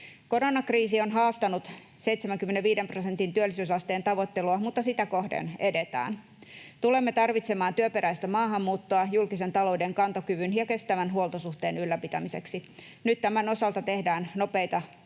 Koronakriisi on haastanut 75 prosentin työllisyysasteen tavoittelua, mutta sitä kohden edetään. Tulemme tarvitsemaan työperäistä maahanmuuttoa julkisen talouden kantokyvyn ja kestävän huoltosuhteen ylläpitämiseksi. Nyt tämän osalta tehdään nopeita toimia